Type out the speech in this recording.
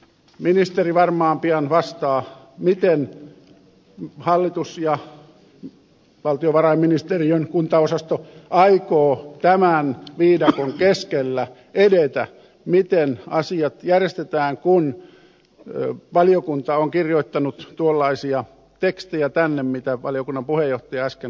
ministeri varmaan pian vastaa miten hallitus ja valtiovarainministeriön kuntaosasto aikovat tämän viidakon keskellä edetä miten asiat järjestetään kun valiokunta on kirjoittanut tuollaisia tekstejä tänne kuin valiokunnan puheenjohtaja äsken kertoi